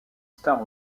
star